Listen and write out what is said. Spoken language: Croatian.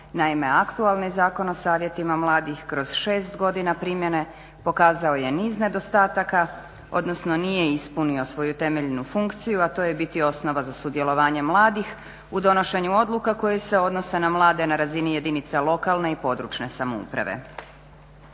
Naime, aktualni Zakon o savjetima mladih kroz 6 godina primjene pokazao je niz nedostataka, odnosno nije ispunio svoju temeljnu funkciju, a to je biti osnova za sudjelovanje mladih u donošenju odluka koje se odnose na mlade na razini jedinica lokalne i područne samouprave.